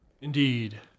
Indeed